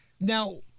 Now